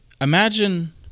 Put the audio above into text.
Imagine